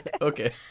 Okay